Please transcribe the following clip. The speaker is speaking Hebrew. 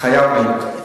חייב להיות.